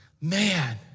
Man